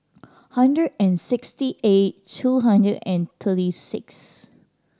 hundred and sixty eight two hundred and thirty six